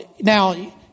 Now